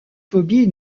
phobie